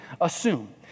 assume